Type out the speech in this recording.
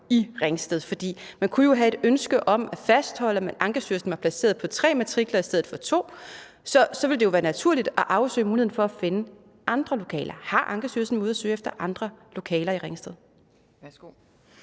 i Ringsted? For man kunne jo have et ønske om at fastholde, at Ankestyrelsen var placeret på tre matrikler i stedet for to, og så ville det jo være naturligt at afsøge muligheden for at finde andre lokaler. Har Ankestyrelsen været ude at søge efter andre lokaler i Ringsted?